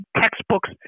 textbooks